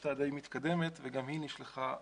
הטיוטה די מתקדמת וגם היא נשלחה לוועדה.